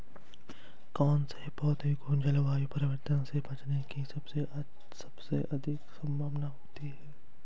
कौन से पौधे को जलवायु परिवर्तन से बचने की सबसे अधिक संभावना होती है?